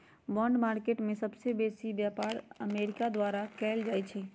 bond market में सबसे बेसी व्यापार अमेरिका द्वारा कएल जाइ छइ